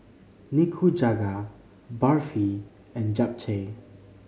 Nikujaga Barfi and Japchae